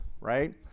right